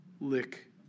lick